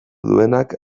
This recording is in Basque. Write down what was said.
duenak